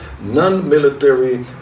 non-military